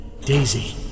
Daisy